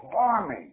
army